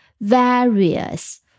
Various